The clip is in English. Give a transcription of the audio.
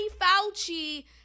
Fauci